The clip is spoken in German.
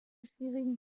schwierigen